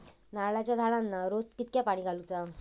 नारळाचा झाडांना रोज कितक्या पाणी घालुचा?